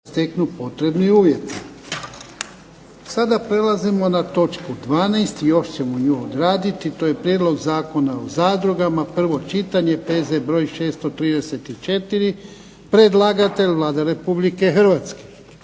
**Jarnjak, Ivan (HDZ)** Sada prelazimo na točku 12., još ćemo nju odraditi, to je –- Prijedlog Zakona o zadrugama, prvo čitanje, P.Z. br. 634 Predlagatelj Vlada Republike Hrvatske.